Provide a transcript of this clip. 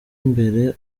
imbere